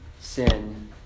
sin